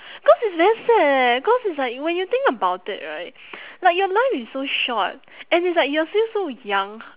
cause it's very sad eh cause it's like when you think about it right like your life is so short and it's like you are still so young